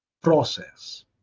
process